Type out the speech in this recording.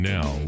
Now